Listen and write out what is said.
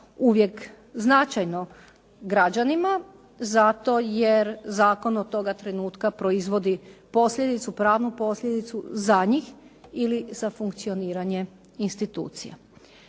uvijek značajno građanima zato jer zakon od toga trenutka proizvodi posljedicu, pravnu posljedicu za njih ili za funkcioniranje institucija.